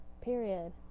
Period